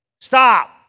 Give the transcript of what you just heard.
Stop